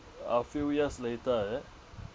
a few years later is it